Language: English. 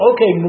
Okay